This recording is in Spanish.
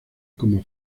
cómo